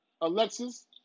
Alexis